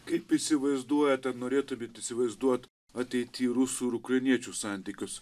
kaip įsivaizduojate ar norėtumėt įsivaizduot ateity rusų ir ukrainiečių santykius